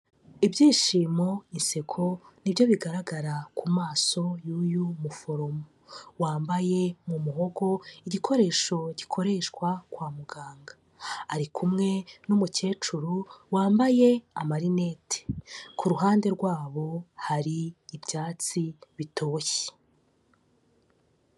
Ibyishimo, inseko, nibyo bigaragara ku maso y'uyu muforomo wambaye mu muhogo igikoresho gikoreshwa kwa muganga, ari kumwe n'umukecuru wambaye amarineti ku ruhande rwabo hari ibyatsi bitoshye.